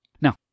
Now